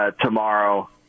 Tomorrow